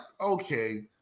okay